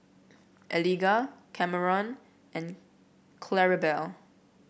Eliga Kameron and Claribel